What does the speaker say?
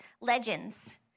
legends